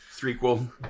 threequel